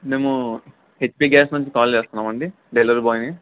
మేము HP gas నుంచి call చేస్తున్నామండి డెలివరీ బాయ్ని